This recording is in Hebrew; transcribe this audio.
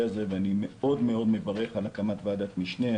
הזה ואני מאוד מאוד מברך על הקמת ועדת משנה,